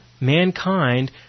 mankind